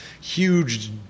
huge